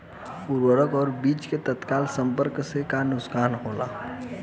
उर्वरक और बीज के तत्काल संपर्क से का नुकसान होला?